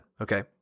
okay